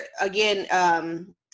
again